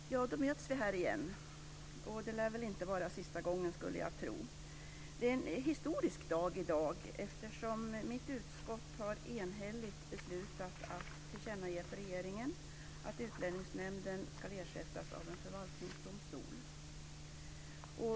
Fru talman! Då möts vi här igen, och det lär väl inte vara sista gången, skulle jag tro. Det är en historisk dag i dag, eftersom socialförsäkringsutskottet enhälligt har beslutat att tillkännage för regeringen att Utlänningsnämnden ska ersättas av en förvaltningsdomstol.